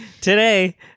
today